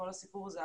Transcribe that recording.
כל הסיפור הזה,